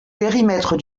périmètre